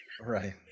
Right